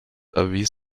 erwies